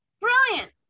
Brilliant